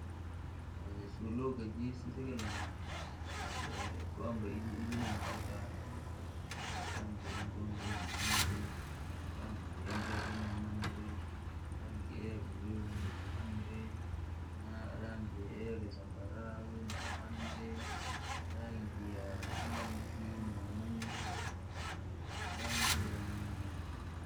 Jasusu luga jisu ja kilangi, bajakwamba ijirangi rangi, iri njeru naimanyire, rangi ihi yabuluu naimanyire, rangi ihi ya kizambarau naimanyire, rangi ya pinki naimanyire, rangi ya.